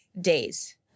days